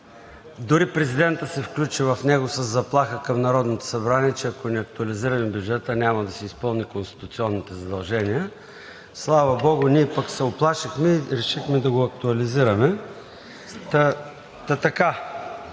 дори президентът се включи в него със заплаха към Народното събрание, че ако не актуализираме бюджета, няма да си изпълни конституционните задължения. Слава богу, ние пък се уплашихме и решихме да го актуализираме. За какво